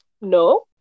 No